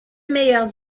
meilleurs